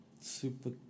super